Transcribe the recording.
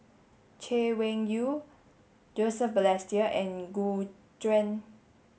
Chay Weng Yew Joseph Balestier and Gu Juan